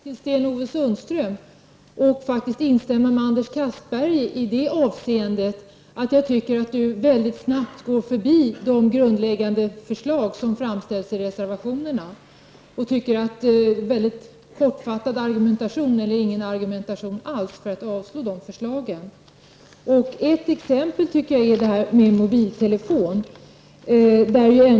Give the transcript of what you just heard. Herr talman! Jag vänder mig till Sten-Ove Sundström och vill instämma med Anders Castberger så till vida att vi tycker att Sten-Ove Sundström mycket snabbt går förbi de grundläggande förslag som framställs i reservationerna. Det förekommer mycket kortfattade argumentationer eller ingen argumentation alls när förslagen avslås. Ett exempel är mobiltelefonerna.